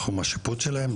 תחום השיפוט שלהם,